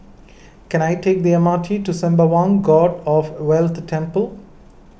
can I take the M R T to Sembawang God of Wealth Temple